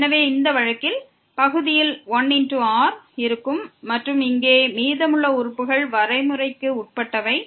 எனவே இந்த வழக்கில் நியூமெரேட்டரில் 1 r இருக்கும் மற்றும் இங்கே மீதமுள்ள உறுப்புகள் வரைமுறைக்கு உட்பட்டவை